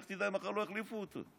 לך תדע אם מחר לא יחליפו אותו.